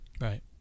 right